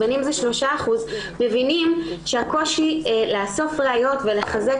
בנים זה 3% מבינים שהקושי לאסוף ראיות ולחזק